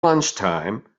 lunchtime